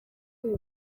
uyu